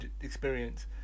experience